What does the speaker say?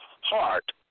Heart